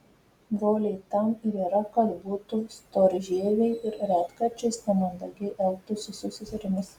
broliai tam ir yra kad būtų storžieviai ir retkarčiais nemandagiai elgtųsi su seserimis